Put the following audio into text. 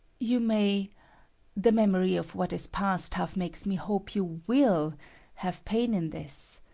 you may the memory of what is past half makes me hope you will have pain in this.